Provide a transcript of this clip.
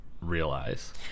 realize